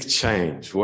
change